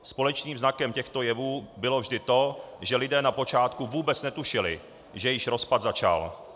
Společným znakem těchto jevů bylo vždy to, že lidé na počátku vůbec netušili, že již rozpad začal.